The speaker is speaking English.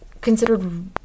considered